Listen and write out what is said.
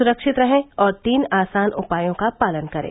सुरक्षित रहें और तीन आसान उपायों का पालन करें